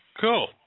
Cool